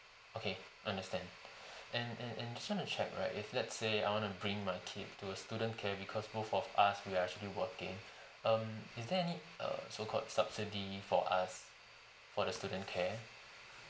okay understand and and and just want to check right if let's say I want to bring my kid to a student care because both of us we are actually working um is there any err so called subsidy for us for the student care